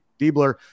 Diebler